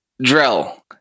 Drill